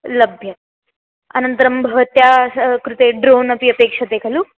लभ्य अनन्तरं भवत्याः स कृते ड्रोन् अपि अपेक्षते खलु